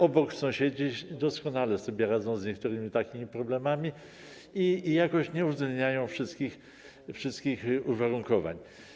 Obok sąsiedzi doskonale sobie radzą z niektórymi takimi problemami i jakoś nie uwzględniają wszystkich uwarunkowań.